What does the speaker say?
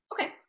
Okay